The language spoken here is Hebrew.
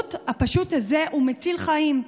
השירות הפשוט הזה הוא מציל חיים.